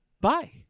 bye